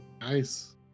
Nice